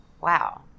Wow